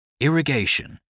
Irrigation